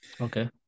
Okay